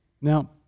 Now